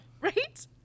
Right